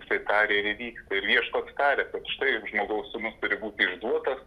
štai tarė ir įvyksta ir viešpats tarė kad štai žmogaus sūnus turi būti išduotas